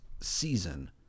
season